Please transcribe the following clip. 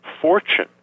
fortune